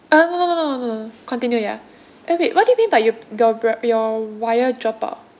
uh no no no no no no no continue ya eh wait what do you mean by your your your wire drop out